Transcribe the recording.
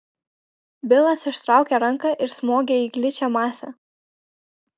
bilas ištraukė ranką ir smogė į gličią masę